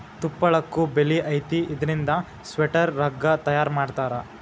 ತುಪ್ಪಳಕ್ಕು ಬೆಲಿ ಐತಿ ಇದರಿಂದ ಸ್ವೆಟರ್, ರಗ್ಗ ತಯಾರ ಮಾಡತಾರ